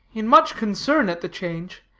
in much concern at the change,